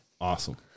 awesome